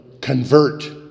convert